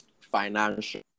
financial